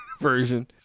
version